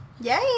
Yay